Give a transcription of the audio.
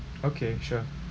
okay sure